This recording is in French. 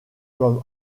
comme